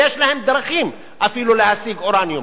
ויש להן דרכים אפילו להשיג אורניום